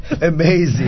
amazing